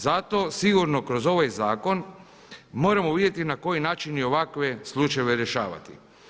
Zato sigurno kroz ovaj zakon moramo vidjeti na koji način i ovakve slučajeve rješavati.